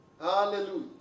Hallelujah